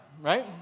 Right